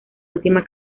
última